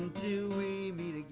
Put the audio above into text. yeah we meet